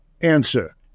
Answer